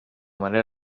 manera